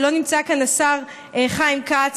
ולא נמצא כאן השר חיים כץ,